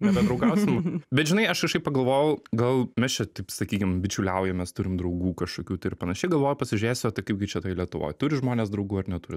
nebedraugausim bet žinai aš kažkaip pagalvojau gal mes čia taip sakykim bičiuliaujamės turim draugų kažkokių tai ir panašiai galvoju pasižiūrėsiu o tai kaipgi čia toj lietuvoj turi žmonės draugų ar neturi